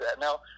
now